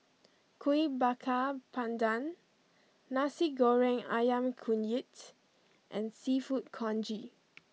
Kuih Bakar Pandan Nasi Goreng Ayam Kunyit and Seafood Congee